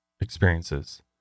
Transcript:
experiences